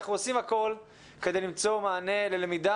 אנחנו עושים הכול כדי למצוא מענה ללמידה